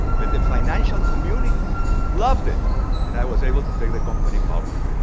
but the financial community loved it and i was able to take the company public.